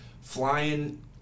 flying